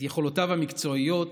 את יכולותיו המקצועיות,